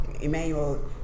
Emmanuel